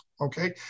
Okay